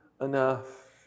enough